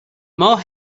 more